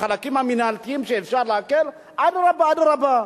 בחלקים המינהליים שאפשר להקל, אדרבה, אדרבה.